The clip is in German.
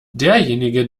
derjenige